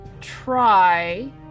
try